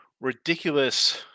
ridiculous